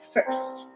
First